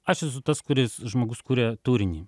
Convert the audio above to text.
aš esu tas kuris žmogus kuria turinį